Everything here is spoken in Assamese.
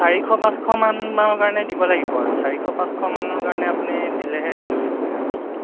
চাৰিশ পাঁচশমান মানুহৰ কাৰণে দিব লাগিব আৰু চাৰিশ পাঁচশ মানুহৰ কাৰণে আপুনি দিলেহে জুৰিবগৈ বস্তুটো